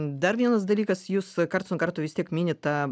dar vienas dalykas jūs karts nuo karto vis tiek minit tą